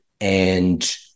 and-